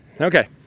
Okay